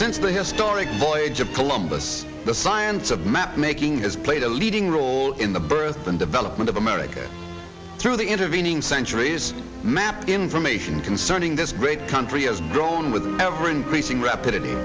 since the historic voyage of columbus the science of mapmaking has played a leading role in the birth and development of america through the intervening centuries map information concerning this great country has grown with ever increasing rapid an